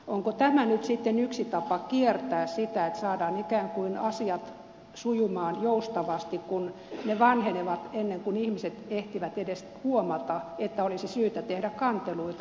onko tämä nyt sitten yksi tapa kiertää sitä että saadaan ikään kuin asiat sujumaan joustavasti kun ne vanhenevat ennen kuin ihmiset ehtivät edes huomata että olisi syytä tehdä kanteluita